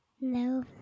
No